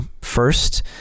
First